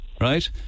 right